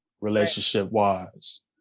relationship-wise